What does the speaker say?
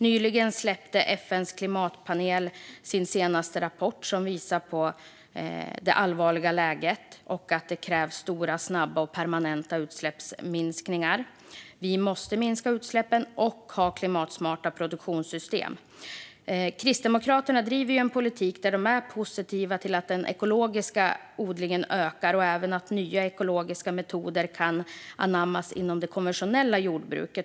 Nyligen släppte FN:s klimatpanel sin senaste rapport, som visar på det allvarliga läget och att det krävs stora, snabba och permanenta utsläppsminskningar. Vi måste minska utsläppen och ha klimatsmarta produktionssystem. Kristdemokraterna driver en politik där man är positiv till att den ekologiska odlingen ökar och även till att nya ekologiska metoder kan anammas inom det konventionella jordbruket.